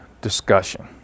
discussion